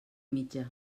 mitja